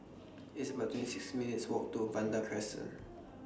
It's about twenty six minutes' Walk to Vanda Crescent